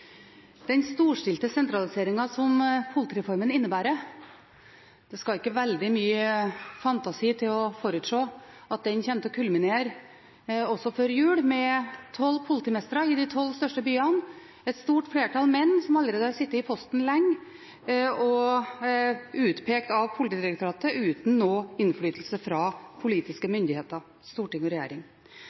Det skal ikke veldig mye fantasi til for å forutse at den storstilte sentraliseringen som politireformen innebærer, kommer til å kulminere før jul med tolv politimestre i de tolv største byene – et stort flertall menn, som allerede har sittet i posten lenge og er utpekt av Politidirektoratet uten noen innflytelse fra politiske myndigheter – storting og regjering.